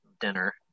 dinner